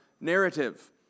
narrative